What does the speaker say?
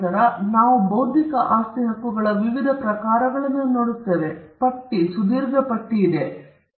ನಂತರ ನಾವು ಬೌದ್ಧಿಕ ಆಸ್ತಿ ಹಕ್ಕುಗಳ ಪ್ರಕಾರಗಳನ್ನು ನೋಡುತ್ತೇವೆ ಪಟ್ಟಿ ದೀರ್ಘ ಪಟ್ಟಿ ಇದೆ ವಾಸ್ತವವಾಗಿ ಇದು ಬೆಳೆಯುತ್ತಿರುವ ಪಟ್ಟಿಯನ್ನು ಹೊಂದಿದೆ